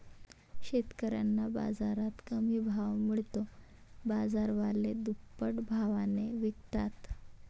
शेतकऱ्यांना बाजारात कमी भाव मिळतो, बाजारवाले दुप्पट भावाने विकतात